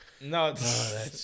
No